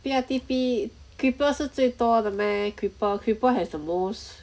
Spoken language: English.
对 ah T_P creeper 是最多的 meh creeper creeper has the most